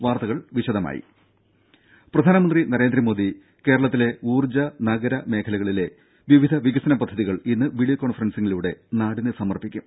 വാർത്തകൾ വിശദമായി പ്രധാനമന്ത്രി നരേന്ദ്രമോദി കേരളത്തിലെ ഊർജ്ജ നഗര മേഖലകളിലെ വിവിധ വികസന പദ്ധതികൾ ഇന്ന് വീഡിയോ കോൺഫറൻസിംഗിലൂടെ നാടിന് സമർപ്പിക്കും